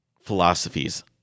philosophies